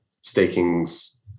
staking's